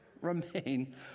remain